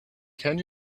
can